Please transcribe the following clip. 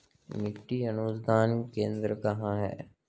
मिट्टी अनुसंधान केंद्र कहाँ है?